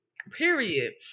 Period